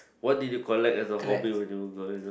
what did you collect as a hobby when you were growing up